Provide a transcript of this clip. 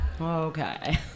Okay